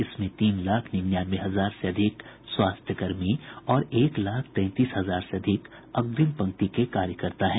इनमें तीन लाख निन्यानवे हजार से अधिक स्वास्थ्य कर्मी और एक लाख तैंतीस हजार से अधिक अग्रिम पंक्ति के कार्यकर्ता हैं